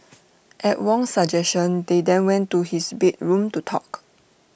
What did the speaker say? at Wong's suggestion they then went to his bedroom to talk